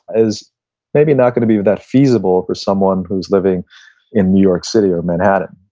is maybe not going to be that feasible for someone who's living in new york city or manhattan.